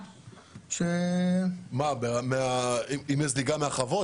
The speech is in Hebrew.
אם יש זליגה מהחוות?